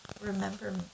remember